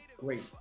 great